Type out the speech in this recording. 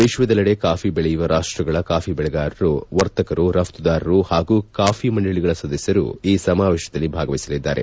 ವಿಶ್ವದೆಲ್ಲೆಡೆ ಕಾಫಿ ಬೆಳೆಯುವ ರಾಷ್ಟಗಳ ಕಾಫಿ ಬೆಳೆಗಾರರು ವರ್ತಕರು ರಘ್ತುದಾರರು ಹಾಗೂ ಕಾಫಿ ಮಂಡಳಿಗಳ ಸದಸ್ಯರು ಕಾಫಿ ಈ ಸಮಾವೇಶದಲ್ಲಿ ಭಾಗವಹಿಸಲಿದ್ದಾರೆ